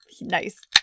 Nice